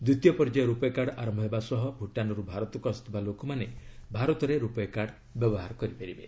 ଦ୍ୱିତୀୟ ପର୍ଯ୍ୟାୟ ରୂପୟେ କାର୍ଡ଼ ଆରମ୍ଭ ହେବା ସହ ଭୂଟାନ୍ରୁ ଭାରତକୁ ଆସୁଥିବା ଲୋକମାନେ ଭାରତରେ ରୂପୟେ କାର୍ଡ଼ ବ୍ୟବହାର କରିପାରିବେ